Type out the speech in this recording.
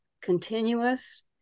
continuous